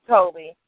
Toby